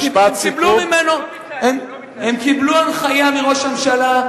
הם קיבלו הנחיה מראש הממשלה,